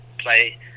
play